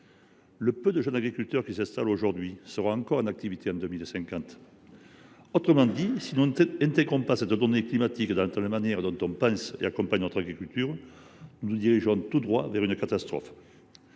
Le peu de jeunes agriculteurs qui s’installent en ce moment seront encore en activité en 2050. Autrement dit, si nous n’intégrons pas cette donnée climatique dans la manière dont nous pensons et accompagnons notre agriculture, nous nous dirigeons tout droit vers une catastrophe.